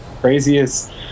craziest